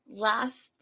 Last